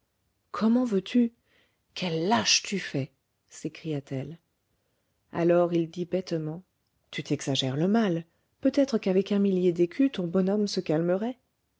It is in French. comment veux-tu quel lâche tu fais s'écria-t-elle alors il dit bêtement tu t'exagères le mal peut-être qu'avec un millier d'écus ton bonhomme se calmerait